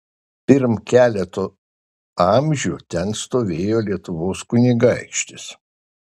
pirm keleto amžių ten stovėjo lietuvos kunigaikštis